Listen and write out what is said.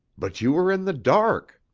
but you were in the dark.